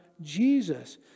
Jesus